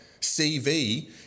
CV